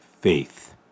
faith